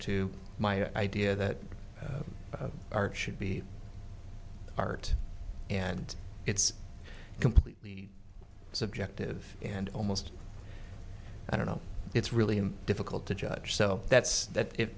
to my idea that our should be part and it's completely subjective and almost i don't know it's really difficult to judge so that's that if